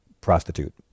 prostitute